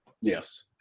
Yes